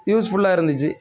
யூஸ்ஃபுல்லாக இருந்துச்சு